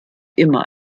immer